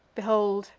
behold,